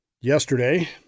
Yesterday